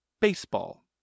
baseball